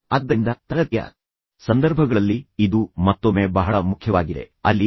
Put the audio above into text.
ಆದ್ದರಿಂದ ತರಗತಿಯ ಸಂದರ್ಭಗಳಲ್ಲಿ ಇದು ಮತ್ತೊಮ್ಮೆ ಬಹಳ ಮುಖ್ಯವಾಗಿದೆ ಅಲ್ಲಿ ನೀವು ಶಿಕ್ಷಕನನ್ನು ದ್ವೇಷಿಸುತ್ತೀರಿ